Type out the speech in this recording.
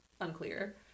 Unclear